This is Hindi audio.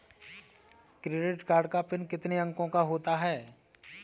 क्रेडिट कार्ड का पिन कितने अंकों का होता है?